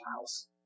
house